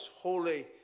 Holy